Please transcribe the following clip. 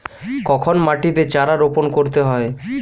কখন মাটিতে চারা রোপণ করতে হয়?